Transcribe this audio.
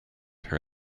her